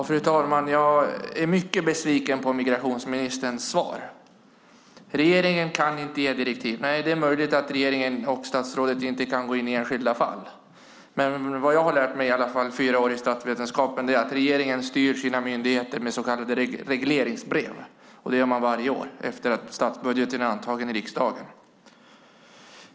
Fru talman! Jag är mycket besviken på migrationsministerns svar: Regeringen kan inte ge direktiv. Nej, det är möjligt att regeringen och statsrådet inte kan gå in i enskilda fall. Men vad jag har lärt mig under fyra år med statsvetenskapliga studier är att regeringen styr sina myndigheter med så kallade regleringsbrev. Det gör man varje år, efter det att statsbudgeten är antagen i riksdagen.